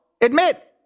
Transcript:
admit